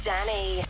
Danny